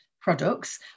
products